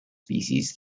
species